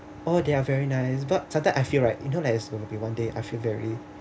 oh they're very nice but sometime I feel right you know like it's going to be one day I feel very